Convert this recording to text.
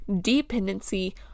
dependency